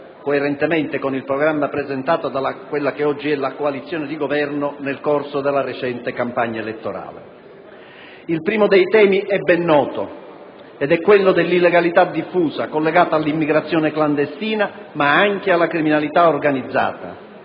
coerentemente con il programma presentato da quella che oggi è la coalizione di Governo nel corso della recente campagna elettorale. Il primo dei temi è ben noto e riguarda l'illegalità diffusa, collegata all'immigrazione clandestina, ma anche alla criminalità organizzata,